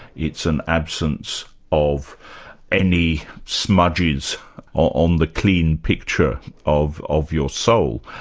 it's an absence of any smudges on the clean picture of of your soul.